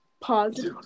Pause